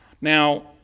Now